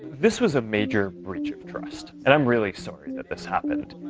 this was a major breach of trust. and i'm really sorry that this happened.